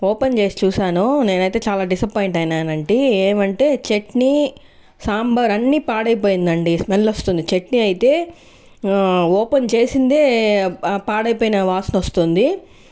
open చేసి చూసాను నేనైతే చాలా డిసప్పాయింట్ అయినానంటే ఏమంటే చట్నీ సాంబార్ అన్ని పాడైపోయిందండి స్మెల్ వస్తుంది చట్నీ అయితే ఓపెన్ చేసిందే పాడైపోయిన వాసన వస్తోంది